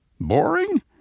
Boring